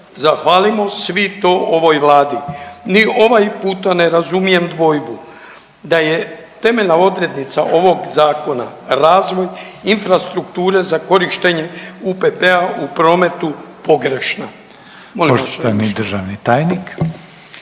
Zahvalimo svi to ovoj Vladi. Ni ovaj puta ne razumijem dvojbu da je temeljna odrednica ovog zakona razvoj infrastrukture za korištenjem UPP-a u prometu pogrešna.